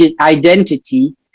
identity